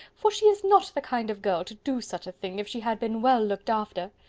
for she is not the kind of girl to do such a thing if she had been well looked after.